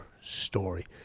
story